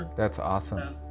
that's awesome.